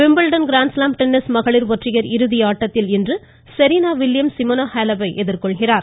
Wimbledon grand slam tennis மகளிர் ஒற்றையர் இறுதி ஆட்டத்தில் இன்று செரீனா வில்லியம்ஸ் ஷீமோனா ஹேலப்பை எதிர்கொள்கிறார்